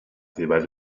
ddiwedd